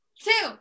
two